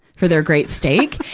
for their great steak.